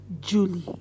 Julie